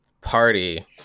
Party